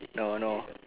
no no